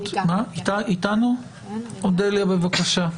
אודליה, בבקשה.